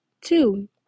Two